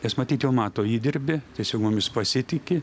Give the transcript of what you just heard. nes matyt jau mato įdirbį tiesiog mumis pasitiki